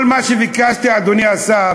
כל מה שביקשתי, אדוני השר,